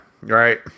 right